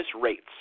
rates